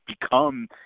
become